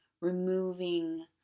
removing